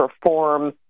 perform